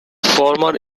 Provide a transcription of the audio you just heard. former